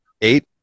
Eight